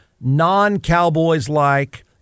non-Cowboys-like